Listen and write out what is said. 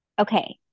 Okay